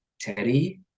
Teddy